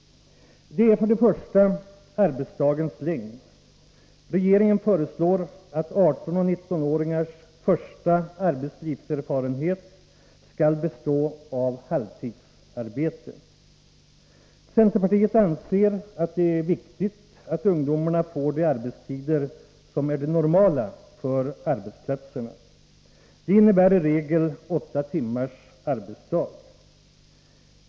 Det gäller först och främst beträffande arbetsdagens längd. Regeringen föreslår att 18-19-åringars första arbetslivserfarenhet skall bestå av halvtidsarbete. Centerpartiet anser att det är viktigt att ungdomarna får de arbetstider som är de normala för arbetsplatserna. Det innebär i regel åtta timmars arbetsdag.